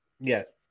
Yes